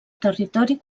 territori